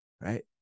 Right